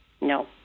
No